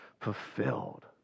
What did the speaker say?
fulfilled